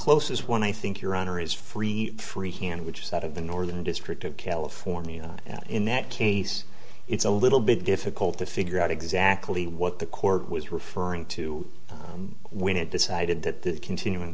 closers one i think your honor is free free hand which is out of the northern district of california and in that case it's a little bit difficult to figure out exactly what the court was referring to when it decided that the continuing